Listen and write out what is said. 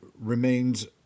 remains